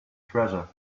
treasure